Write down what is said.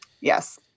Yes